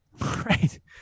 Right